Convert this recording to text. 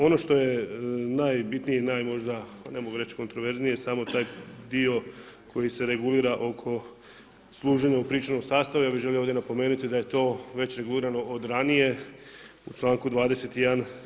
Ono što je najbitnije i naj možda ne mogu reći kontroverznije, samo taj dio, koji se regulira oko služenja u pričuvnoj sastavi, ja bi želio ovdje napomenuti, da je to već osigurano od ranije, u čl. 21.